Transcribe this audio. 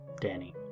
Danny